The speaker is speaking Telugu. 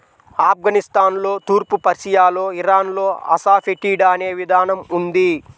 ఆఫ్ఘనిస్తాన్లో, తూర్పు పర్షియాలో, ఇరాన్లో అసఫెటిడా అనే విధానం ఉంది